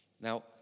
Now